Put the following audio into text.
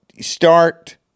start